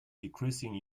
decreasing